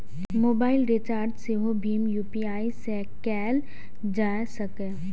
mobile recharge सेहो भीम UPI सं कैल जा सकैए